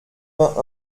vingt